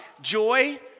joy